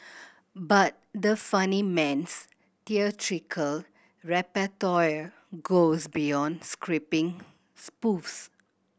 but the funnyman's theatrical repertoire goes beyond scripting spoofs